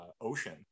ocean